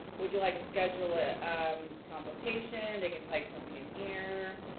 would you like to schedule a consultation? they could type something in here,